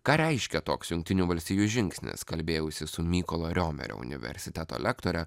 ką reiškia toks jungtinių valstijų žingsnis kalbėjausi su mykolo riomerio universiteto lektore